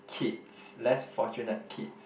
kids less fortunate kids